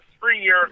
three-year